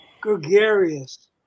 gregarious